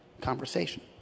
Conversation